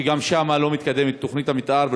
שגם שם לא מתקדמת תוכנית המתאר,